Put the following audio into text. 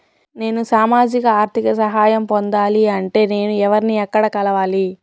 నేను సామాజిక ఆర్థిక సహాయం పొందాలి అంటే నేను ఎవర్ని ఎక్కడ కలవాలి?